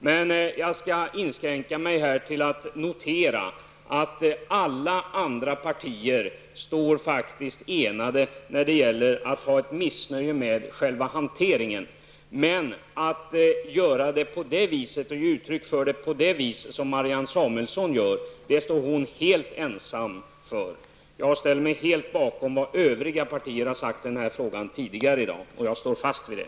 Jag inskränker mig till att notera att alla andra partier står enade i fråga om ett missnöje med själva hanteringen. Men Marianne Samuelsson står helt ensam i fråga om det sätt som hon ger uttryck för det på. Jag ställer mig helt bakom vad övriga partier har sagt i den frågan tidigare i dag, och jag står fast vid det.